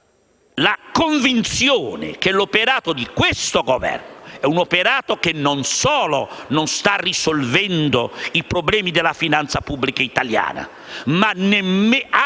la convinzione che l'operato di questo Governo, non solo non sta risolvendo i problemi della finanza pubblica italiani, ma - anzi